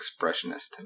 expressionist